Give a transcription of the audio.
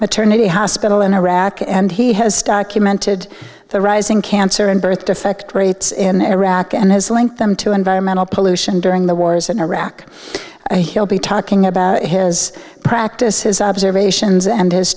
maternity hospital in iraq and he has documented the rising cancer and birth defect rates in iraq and has linked them to environmental pollution during the wars in iraq and he'll be talking about his practice his observations and his